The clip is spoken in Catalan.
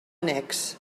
annex